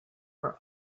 were